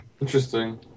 Interesting